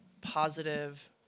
positive